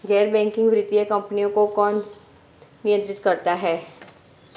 गैर बैंकिंग वित्तीय कंपनियों को कौन नियंत्रित करता है?